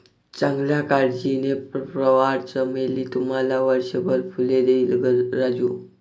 चांगल्या काळजीने, प्रवाळ चमेली तुम्हाला वर्षभर फुले देईल राजू